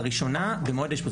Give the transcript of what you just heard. לראשונה, במועד האשפוז.